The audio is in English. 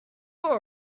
all